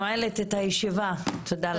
אני נועלת את הישיבה, תודה לכן.